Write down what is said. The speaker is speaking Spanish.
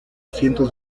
cientos